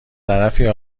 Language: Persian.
طرفی